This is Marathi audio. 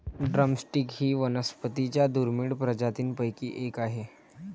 ड्रम स्टिक ही वनस्पतीं च्या दुर्मिळ प्रजातींपैकी एक आहे